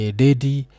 daddy